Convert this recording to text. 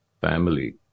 family